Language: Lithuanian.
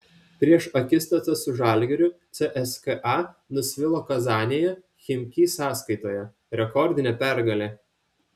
prieš akistatą su žalgiriu cska nusvilo kazanėje chimki sąskaitoje rekordinė pergalė